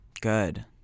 Good